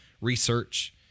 research